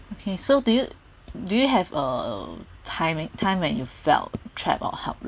okay so do you do you have a time a time when you felt trapped or helpless